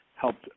helped